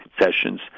Sessions